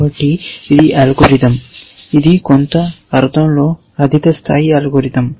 కాబట్టి ఇది అల్గోరిథం ఇది కొంత అర్థంలో అధిక స్థాయి అల్గోరిథం